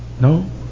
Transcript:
No